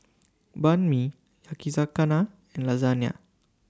Banh MI Yakizakana and Lasagne